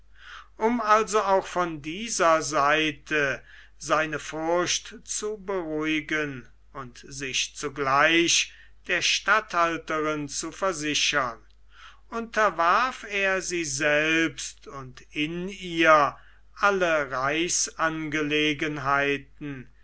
um also auch von dieser seite seine furcht zu beruhigen und sich zugleich der statthalterin zu versichern unterwarf er sie selbst und in ihr alle